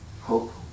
hope